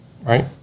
Right